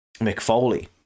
mcfoley